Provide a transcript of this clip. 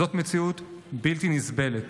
זאת מציאות בלתי נסבלת.